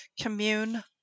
Commune